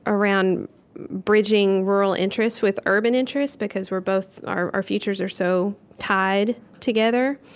around bridging rural interests with urban interests, because we're both our our futures are so tied together.